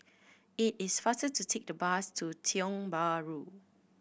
it is faster to take the bus to Tiong Bahru